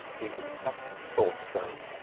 is it but thought so?